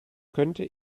könnte